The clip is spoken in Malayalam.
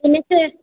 പിന്നെ ചേ